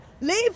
Leave